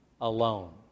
alone